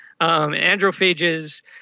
androphages